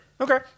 Okay